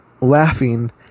laughing